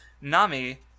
Nami